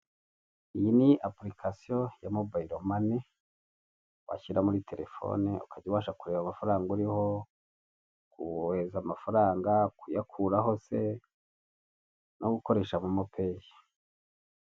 Iyi ni apurikasiyo ya mobayiromani washyira muri telefone ukajya ubasha kureba amafaranga uriho, wohereza amafaranga, kuyakuraho se no gukoresha momopeyi.